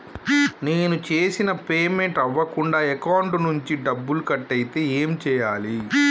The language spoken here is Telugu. నేను చేసిన పేమెంట్ అవ్వకుండా అకౌంట్ నుంచి డబ్బులు కట్ అయితే ఏం చేయాలి?